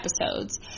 episodes